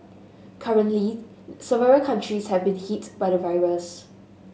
currently several countries have been hit by the virus